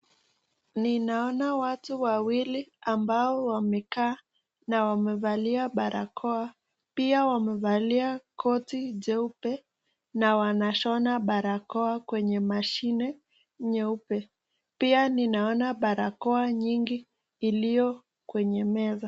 Ninaona watu wawili ambao wamekaa na wamevalia barakoa, pia wamevalia koti jeupe na wanashona barakoa kwenye mashine nyeupe. Pia ninaona barakoa nyingi ilio kwenye meza.